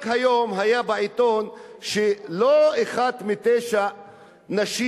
רק היום היה בעיתון שלא אחת מתשע נשים